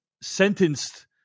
sentenced